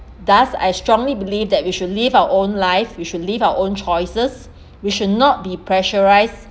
thus I strongly believe that we should live our own life we should live our own choices we should not be pressurised